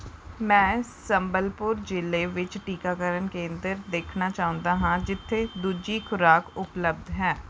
ਮੈਂ ਸੰਬਲਪੁਰ ਜ਼ਿਲ੍ਹੇ ਵਿੱਚ ਟੀਕਾਕਰਨ ਕੇਂਦਰ ਦੇਖਣਾ ਚਾਹੁੰਦਾ ਹਾਂ ਜਿੱਥੇ ਦੂਜੀ ਖੁਰਾਕ ਉਪਲਬਧ ਹੈ